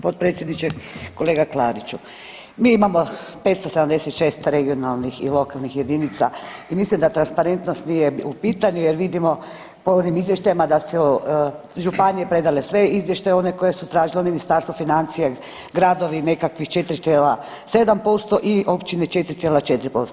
Potpredsjedniče, kolega Klariću mi imamo 576 regionalnih i lokalnih jedinica i mislim da transparentnost nije u pitanju jer vidimo po onim izvještajima da su županije predale sve izvještaje one koje su tražili Ministarstvo financija, gradovi, nekakvih 4,7% i općine 4,45%